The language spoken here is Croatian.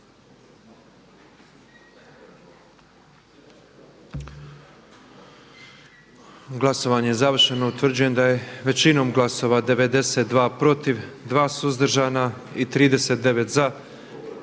Glasovanje je završeno. Utvrđujem da je većinom glasova 78 za, 6 suzdržanih i 32